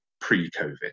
pre-Covid